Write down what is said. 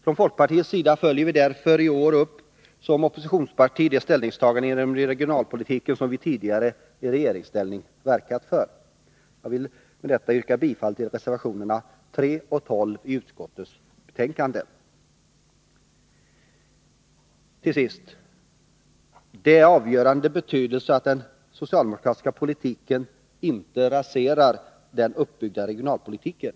Från folkpartiets sida följer vi därför i år som oppositionsparti upp de ställningstaganden inom regionalpolitiken som vi tidigare i regeringsställning verkat för. Jag vill med detta yrka bifall till reservationerna 3 och 12 i utskottets betänkande. Till sist: Det är av avgörande betydelse att den socialdemokratiska politiken inte raserar den uppbyggda regionalpolitiken.